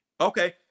okay